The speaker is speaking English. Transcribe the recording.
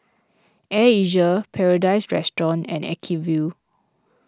Air Asia Paradise Restaurant and Acuvue